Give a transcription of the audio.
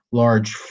large